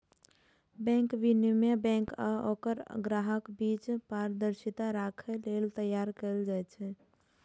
bank विनियमन bank आ ओकर ग्राहकक बीच पारदर्शिता राखै लेल तैयार कैल गेल छै